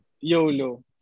YOLO